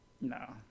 No